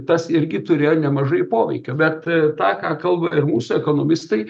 tas irgi turėjo nemažai poveikio bet tą ką kalba ir mūsų ekonomistai